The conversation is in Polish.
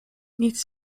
nic